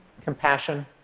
compassion